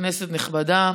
כנסת נכבדה,